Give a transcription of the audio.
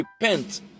repent